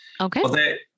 Okay